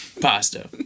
Pasta